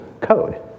code